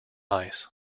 ice